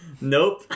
Nope